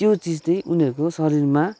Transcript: त्यो चिज चाहिँ उनीहरूको शरीरमा